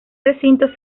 recinto